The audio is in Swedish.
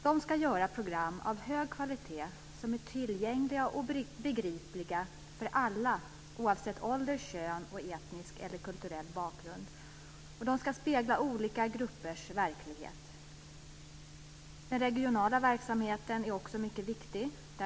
De ska göra program av hög kvalitet som är tillgängliga och begripliga för alla, oavsett ålder, kön och etnisk eller kulturell bakgrund. De ska spegla olika gruppers verklighet. Den regionala verksamheten är också mycket viktig.